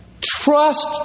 Trust